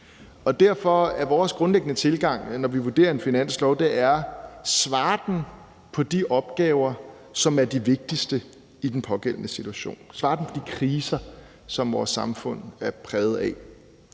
derfor er vores grundlæggende tilgang, når vi vurderer en finanslov: Svarer den på de opgaver, som er de vigtigste i den pågældende situation? Svarer den på de kriser, som vores samfund er præget af?